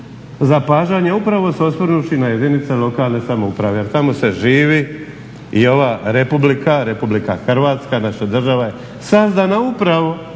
zapažanja upravo se osvrnuvši na jedinice lokalne samouprave jer tamo se živi. I ova Republika, Republika Hrvatska, naša država je sazdana upravo